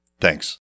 Thanks